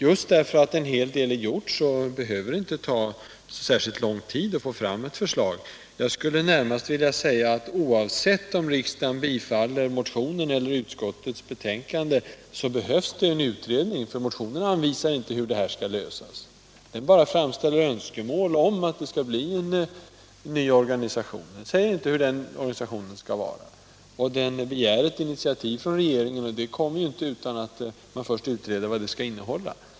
Just därför att en hel del arbete redan är gjort behöver det inte ta så särskilt lång tid att få fram ett förslag. Jag skulle närmast vilja säga att oavsett om riksdagen bifaller motionen eller utskottets betänkande, så behövs det en utredning, för motionen anvisar inte hur frågan skall lösas. Den framställer önskemål om att det skall bli en ny organisation, men den säger inte hur den organisationen skall vara utformad. Den begär ett initiativ från regeringen, och det kommer ju inte utan att man först utreder vad det skall innehålla.